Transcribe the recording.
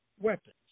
weapons